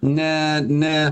ne ne